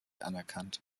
anerkannt